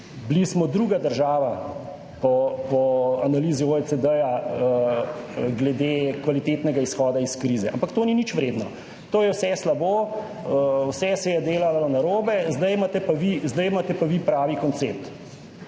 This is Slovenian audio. Bili smo druga država po analizi OECD glede kvalitetnega izhoda iz krize, ampak to ni nič vredno, to je vse slabo, vse se je delalo narobe, zdaj imate pa vi pravi koncept